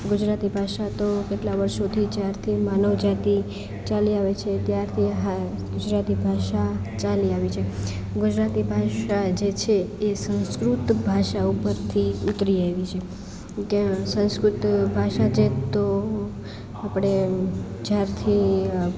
ગુજરાતી ભાષા તો કેટલા વર્ષોથી જ્યારથી માનવ જાતિ ચાલી આવે છે ત્યારથી આ ગુજરાતી ભાષા ચાલી આવી છે ગુજરાતી ભાષા જે છે એ સંસ્કૃત ભાષા ઉપરથી ઉતરી આવી છે કે સંસ્કૃત ભાષા જે તો આપળે જ્યારથી